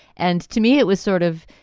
and to me, it was sort of,